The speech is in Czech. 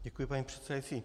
Děkuji, paní předsedající.